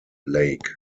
lake